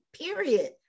period